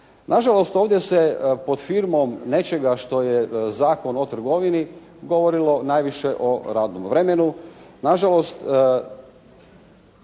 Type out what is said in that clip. Na žalost ovdje se pod firmom nečega što je Zakon o trgovini govorilo najviše o radnom vremenu. Na žalost